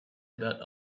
about